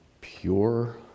Pure